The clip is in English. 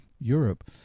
Europe